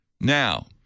Now